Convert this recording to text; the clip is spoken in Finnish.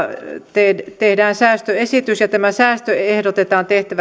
johon tehdään säästöesitys ja tämä säästö ehdotetaan tehtäväksi siten